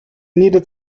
needed